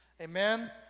Amen